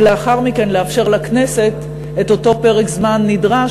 ולאחר מכן לאפשר לכנסת את אותו פרק זמן נדרש